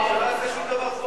אז שלא יעשה שום דבר פה.